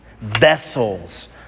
vessels